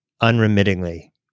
unremittingly